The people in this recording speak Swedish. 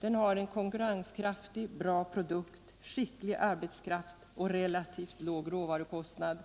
Den har en konkurrenskraftig, bra produkt, skicklig arbetskraft och relativt låg råvarukostnad,